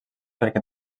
perquè